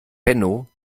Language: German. benno